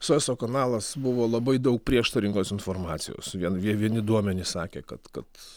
sueco kanalas buvo labai daug prieštaringos informacijos vien vieni duomenys sakė kad kad